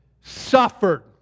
suffered